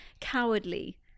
cowardly